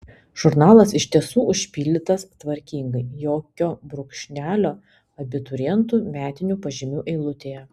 žurnalas iš tiesų užpildytas tvarkingai jokio brūkšnelio abiturientų metinių pažymių eilutėje